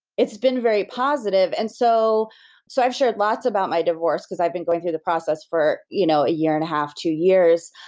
it's been very positive. and so so i've shared lots about my divorce, because i've been going through the process for you know a year and a half, two years,